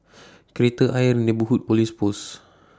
Kreta Ayer Neighbourhood Police Post